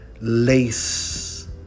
Lace